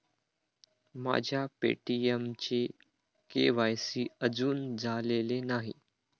माझ्या पे.टी.एमचे के.वाय.सी अजून झालेले नाही